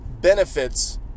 benefits